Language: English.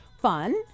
fun